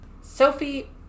Sophie